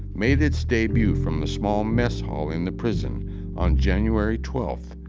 made its debut from the small mess hall in the prison on january twelfth,